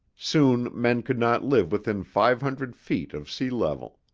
soon men could not live within five hundred feet of sea level.